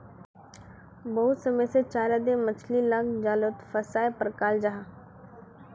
बहुत समय से चारा दें मछली लाक जालोत फसायें पक्राल जाहा